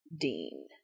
Dean